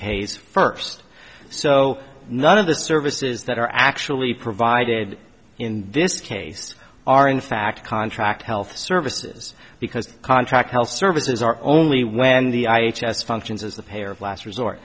pays first so none of the services that are actually provided in this case are in fact contract health services because contract health services are only when the i h s functions as the pair of last resort